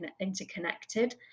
interconnected